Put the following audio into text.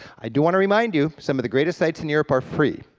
i do want to remind you, some of the greatest sights and europe are free,